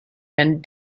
and